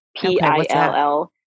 P-I-L-L